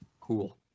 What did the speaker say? cool